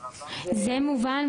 זה מובן,